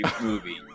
movie